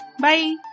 Bye